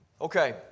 Okay